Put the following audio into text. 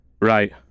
Right